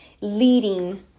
leading